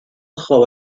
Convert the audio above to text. خواب